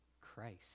Christ